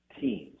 teams